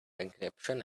encryption